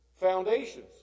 Foundations